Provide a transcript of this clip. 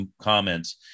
comments